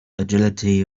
agility